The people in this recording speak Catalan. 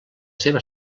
seva